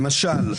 למשל,